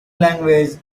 language